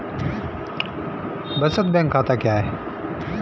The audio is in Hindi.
बचत बैंक खाता क्या है?